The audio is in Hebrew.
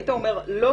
היית אומר לא?